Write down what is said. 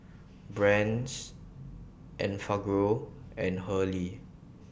Brand's Enfagrow and Hurley